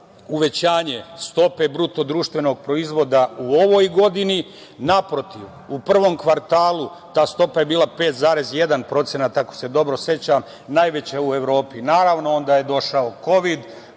uvećanje stope bruto društvenog proizvoda u ovoj godini. Naprotiv, u prvom kvartalu ta stopa je bila 5,1% ako se dobro sećam, najveća u Evropi. Naravno, onda je došao Kovid,